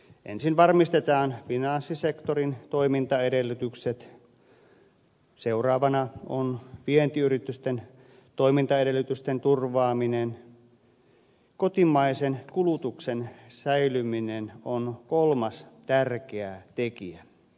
ensin varmistetaan finanssisektorin toimintaedellytykset seuraavana on vientiyritysten toimintaedellytysten turvaaminen kotimaisen kulutuksen säilyminen on kolmas tärkeä tekijä